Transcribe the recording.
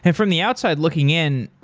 and from the outside looking in,